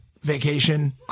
vacation